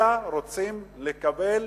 אלא רוצים לקבל